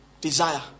Desire